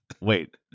wait